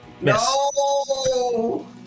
No